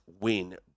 win